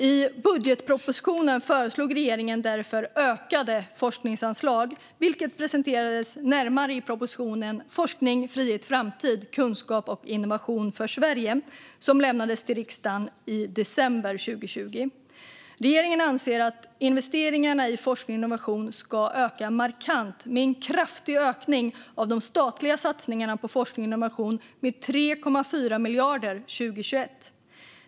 I budgetpropositionen föreslog regeringen därför ökade forskningsanslag, vilket presenterades närmare i propositionen Forskning, frihet, framtid - kunskap och innovation för Sverige , som lämnades till riksdagen i december 2020. Regeringen anser att investeringarna i forskning och innovation ska öka markant med en kraftig höjning av de statliga satsningarna på forskning och innovation med 3,4 miljarder 2021.